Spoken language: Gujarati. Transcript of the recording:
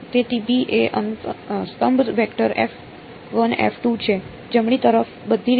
તેથી b એ સ્તંભ વેક્ટર છે જમણી તરફ બધી રીતે